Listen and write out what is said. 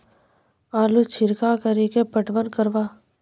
आलू छिरका कड़ी के पटवन करवा?